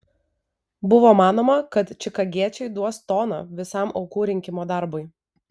buvo manoma kad čikagiečiai duos toną visam aukų rinkimo darbui